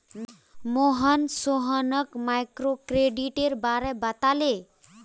मोहन सोहानोक माइक्रोक्रेडिटेर बारे बताले